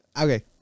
Okay